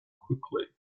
quickly